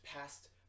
past